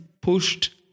pushed